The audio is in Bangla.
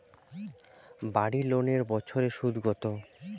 বাড়ি লোনের বছরে সুদ কত?